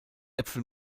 äpfel